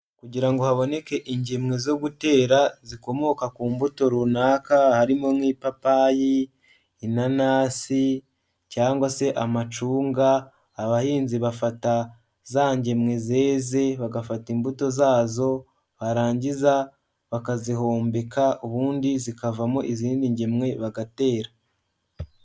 Kugira ngo haboneke ingemwe zo gutera zikomoka ku mbuto runaka harimo nk'ipapayi, inanasi cyangwa se amacunga, abahinzi bafata za ngemwe zeze bagafata imbuto zazo barangiza bakazihombeka ubundi zikavamo izindi ngemwe bagatera.